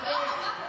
לא, לא, מה פתאום.